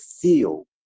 feel